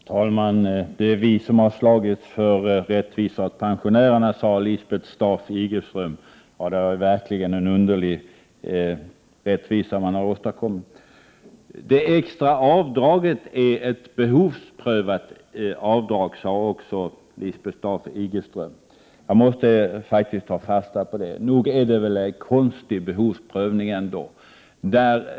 Herr talman! Det är vi socialdemokrater som har slagits för rättvisa åt pensionärerna, sade Lisbeth Staaf-Igelström. Ja, det är verkligen en underlig rättvisa som har åstadkommits. Lisbeth Staaf-Igelström sade också att det extra avdraget är ett behovsprövat avdrag. Jag måste faktiskt ta fasta på detta. Nog är det väl en konstig behovsprövning.